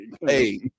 Hey